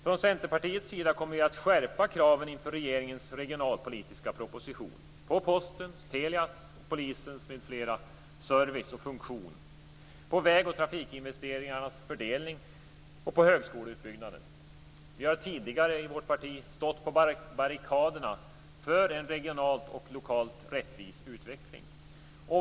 Från Centerpartiets sida kommer vi att skärpa kraven inför regeringens regionalpolitiska proposition - på postens, Telias, polisens m.fl. service och funktion, på väg och trafikinvesteringarnas fördelning samt på högskoleutbyggnaden. Vi har tidigare i vårt parti stått på barrikaderna för en regionalt och lokalt rättvis utveckling.